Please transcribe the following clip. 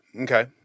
Okay